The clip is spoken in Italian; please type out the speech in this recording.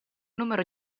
numero